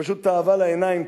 פשוט תאווה לעיניים,